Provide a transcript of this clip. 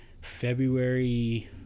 February